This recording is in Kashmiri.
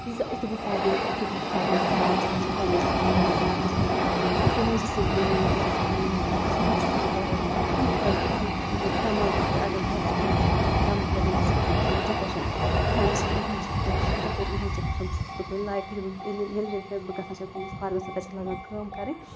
یُس زَن یُتھُے بہٕ فارمِنٛگ فارمِنٛگ کَران چھَس پنٛںِس یُس زَن فارمَس پٮ۪ٹھ تٔمۍ وجہ سۭتۍ گٔے مےٚ یِم زَن یہِ صحت چھُ سُہ روٗد واریاہ زیادٕ ٹھیٖک کیٛازِکہِ اَسہِ دٮ۪ماغُک اگر گَرِ چھِ بیٚہوان ژھۄپہٕ دَم کٔرِتھ اَمہِ سۭتۍ چھِ گژھان اِنسانَس ڈِپرٛشَن اِنسان چھِنہٕ اِنسان چھِنہٕ ہٮ۪کان کِہیٖنۍ تہِ کٔرِتھ اِنسانَس چھِ باسان بہٕ چھُس نہٕ کُنہِ لایقٕے ییٚلہِ ییٚلہِ لٮ۪ٹہِ تہِ بہٕ گژھان چھَس پنٛنِس فارمَس تہٕ تَتہِ چھَس لگان کٲم کَرٕنۍ